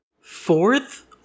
fourth